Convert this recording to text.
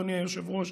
אדוני היושב-ראש,